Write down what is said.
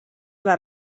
les